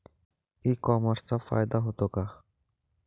E कॉमर्सचा फायदा होतो का?